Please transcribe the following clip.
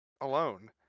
alone